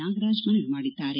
ನಾಗರಾಜ್ ಮನವಿ ಮಾಡಿದ್ದಾರೆ